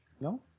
no